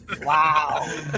Wow